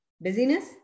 Busyness